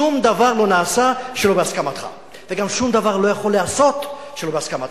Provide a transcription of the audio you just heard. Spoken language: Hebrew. שום דבר לא נעשה שלא בהסכמתך וגם שום דבר לא יכול להיעשות שלא בהסכמתך.